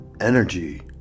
energy